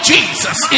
Jesus